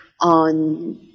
on